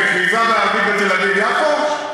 לכריזה בערבית בתל-אביב יפו?